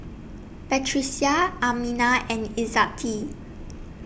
Batrisya Aminah and Izzati